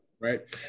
right